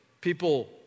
People